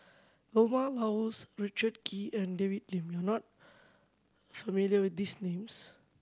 Vilma Laus Richard Kee and David Lim you are not familiar with these names